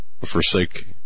forsake